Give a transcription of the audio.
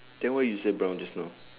then why you say brown just now